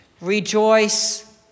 rejoice